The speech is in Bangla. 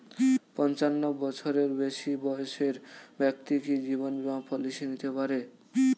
পঞ্চাশ বছরের বেশি বয়সের ব্যক্তি কি জীবন বীমা পলিসি নিতে পারে?